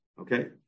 Okay